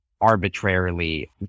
arbitrarily